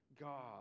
God